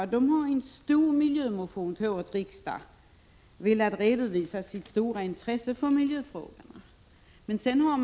1986/87:118 stor miljömotion till årets riksdag och velat redovisa sitt stora intresse för 7 maj 1987 miljöfrågorna.